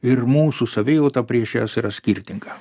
ir mūsų savijauta prieš jas yra skirtinga